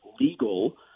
legal